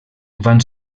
van